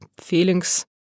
feelings